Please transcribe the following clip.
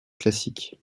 classique